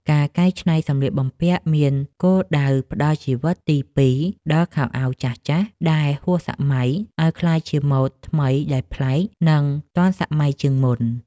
ការកែច្នៃសម្លៀកបំពាក់មានគោលដៅផ្ដល់ជីវិតទីពីរដល់ខោអាវចាស់ៗដែលហួសសម័យ ឱ្យក្លាយជាម៉ូដថ្មីដែលប្លែក និងទាន់សម័យជាងមុន។